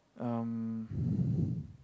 um